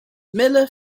miller